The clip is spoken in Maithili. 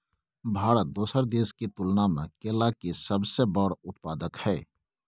भारत दोसर देश के तुलना में केला के सबसे बड़ उत्पादक हय